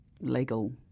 legal